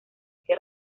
que